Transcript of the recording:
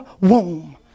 womb